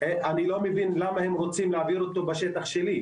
אני לא מבין למה הם רוצים להעביר אותו בשטח שלי.